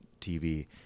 TV